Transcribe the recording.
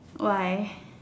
why